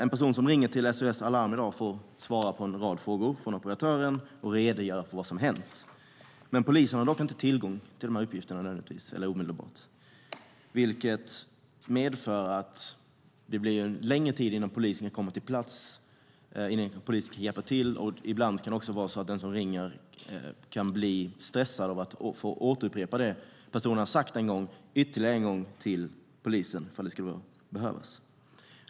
En person som ringer till SOS Alarm i dag får svara på en rad frågor från operatören och redogöra för vad som hänt, men polisen har inte nödvändigtvis tillgång till dessa uppgifter omedelbart, vilket medför att det tar längre tid innan polis hinner komma på plats och kan hjälpa till. Ibland kan det också vara så att den som ringer blir stressad av att få upprepa det han eller hon har sagt ytterligare en gång för polisen ifall det skulle behövas.